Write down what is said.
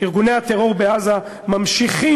ארגוני הטרור בעזה ממשיכים